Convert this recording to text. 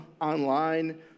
online